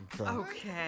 Okay